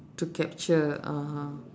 to capture (uh huh)